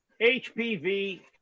HPV